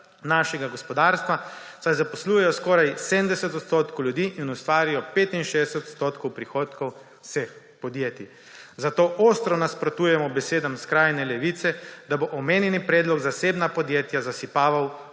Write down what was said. našega gospodarstva, saj zaposlujejo skoraj 70 odstotkov ljudi in ustvarijo 65 odstotkov prihodkov vseh podjetij, zato ostro nasprotujemo besedam skrajne levice, da bo omenjeni predlog zasebna podjetja zasipaval